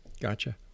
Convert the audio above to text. Gotcha